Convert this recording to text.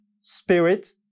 spirit